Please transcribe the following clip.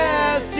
Yes